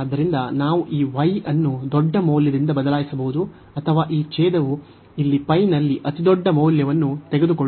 ಆದ್ದರಿಂದ ನಾವು ಈ y ಅನ್ನು ದೊಡ್ಡ ಮೌಲ್ಯದಿಂದ ಬದಲಾಯಿಸಬಹುದು ಅಥವಾ ಈ ಛೇದವು ಇಲ್ಲಿ ನಲ್ಲಿ ಅತಿದೊಡ್ಡ ಮೌಲ್ಯವನ್ನು ತೆಗೆದುಕೊಳ್ಳುತ್ತದೆ